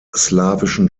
slawischen